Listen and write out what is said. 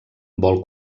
vol